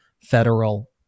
federal